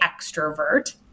extrovert